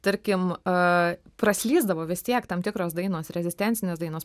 tarkim aaa praslysdavo vis tiek tam tikros dainos rezistencinės dainos